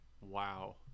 Wow